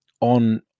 on